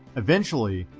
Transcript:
eventually,